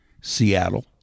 Seattle